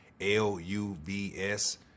L-U-V-S